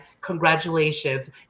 congratulations